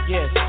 Yes